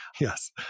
yes